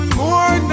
more